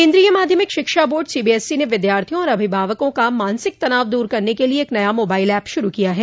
केंद्रीय माध्यमिक शिक्षा बोर्ड सीबीएसई ने विद्यार्थियों और अभिभावकों का मानसिक तनाव दूर करने के लिए एक नया मोबाइल ऐप शुरू किया है